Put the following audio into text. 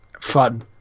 fun